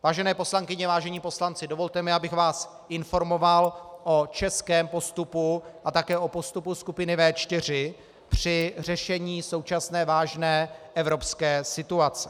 Vážené poslankyně, vážení poslanci, dovolte mi, abych vás informoval o českém postupu a také o postupu skupiny V4 při řešení současné vážné evropské situace.